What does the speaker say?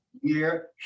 year